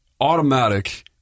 automatic